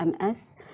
MS